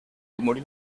rumori